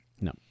No